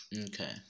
Okay